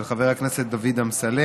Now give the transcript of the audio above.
של חבר הכנסת דוד אמסלם,